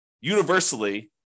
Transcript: universally